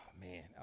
man